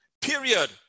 Period